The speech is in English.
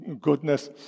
goodness